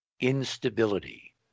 instability